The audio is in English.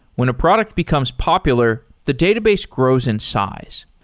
when a product becomes popular, the database grows in size.